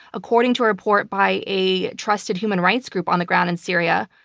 according to a report by a trusted human rights group on the ground in syria,